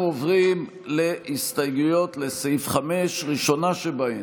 אנחנו עוברים להסתייגויות לסעיף 5. הראשונה שבהן,